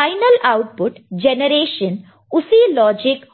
final output generation उसी logic